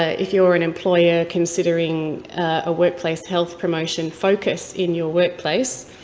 ah if you're an employer considering a workplace health promotion focus in your workplace,